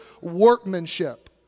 workmanship